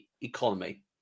economy